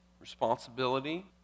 responsibility